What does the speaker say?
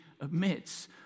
admits